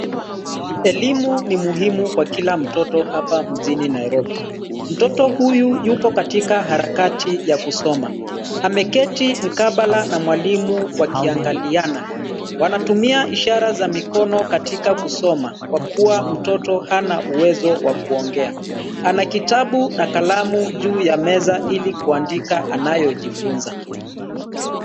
Elimu ni muhimu kwa kila mtoto hapa mjini Nairobi. Mtoto huyu yupo katika harakati ya kusoma, ameketi mkabala na mwalimu wakiangaliana. Wanatumia ishara za mikono katika kusoma, kwa kuwa mtoto hana uwezo wa kuongea. Ana kitabu na kalamu juu ya meza, ili kuandika anayojifunza.